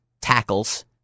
tackles